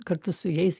kartu su jais